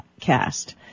cast